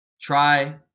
try